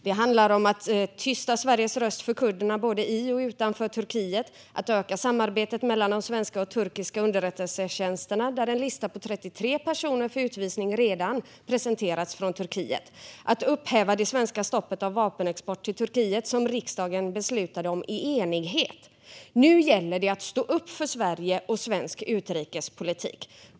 Det handlar om att tysta Sveriges röst för kurderna både i och utanför Turkiet och om att öka samarbetet mellan de svenska och turkiska underrättelsetjänsterna. En lista på 33 personer för utvisning har redan presenterats från Turkiet. Det handlar om att upphäva det svenska stoppet av vapenexport till Turkiet som riksdagen beslutade om i enighet. Nu gäller det att stå upp för Sverige och svensk utrikespolitik.